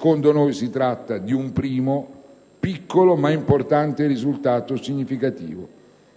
avviso, si tratta di un primo, piccolo ma significativo risultato: infatti,